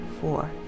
four